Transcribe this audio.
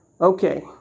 Okay